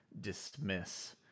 dismiss